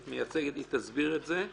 היא תסביר את זה.